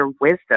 wisdom